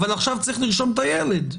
אבל עכשיו צריך לרשום את הילד,